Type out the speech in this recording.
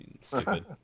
Stupid